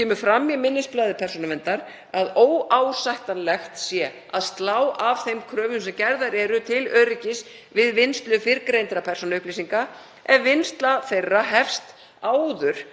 Kemur fram í minnisblaði Persónuverndar að óásættanlegt sé að slá af þeim kröfum sem gerðar eru til öryggis við vinnslu fyrrgreindra persónuupplýsinga ef vinnsla þeirra hefst áður